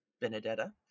Benedetta